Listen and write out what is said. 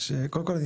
שקודם כל,